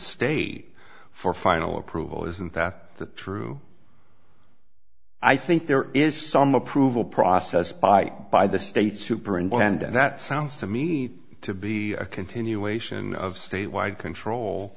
state for final approval isn't that the true i think there is some approval process by by the state superintendent that sounds to me to be a continuation of statewide control